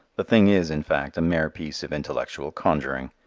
the thing is, in fact, a mere piece of intellectual conjuring.